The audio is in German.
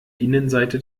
innenseite